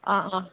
ಆಂ ಆಂ